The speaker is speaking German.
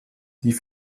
die